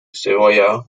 cebolla